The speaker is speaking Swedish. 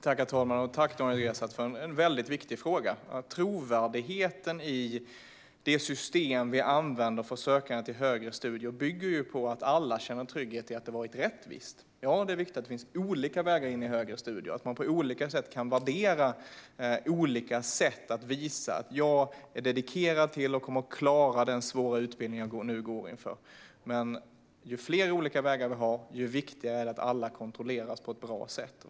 Herr talman! Tack, Daniel Riazat, för en väldigt viktig fråga! Trovärdigheten i det system som vi använder för sökande till högre studier bygger på att alla känner trygghet i att det är rättvist. Ja, det är viktigt att det finns olika vägar in i högre studier och att man på olika sätt kan visa att man är dedikerad och kommer att klara den svåra utbildning man nu står inför. Men ju fler olika vägar vi har, desto viktigare är det att alla kontrolleras på ett bra sätt.